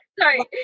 Sorry